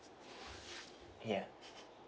ya